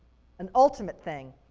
an ultimate thing.